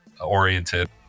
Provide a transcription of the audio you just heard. oriented